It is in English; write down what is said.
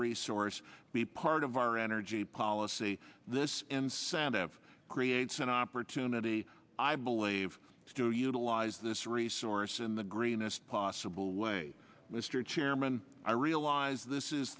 resource be part of our energy policy this incentive creates an opportunity i believe to utilize this resource in the greenest possible way mr chairman i realize this is